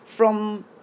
from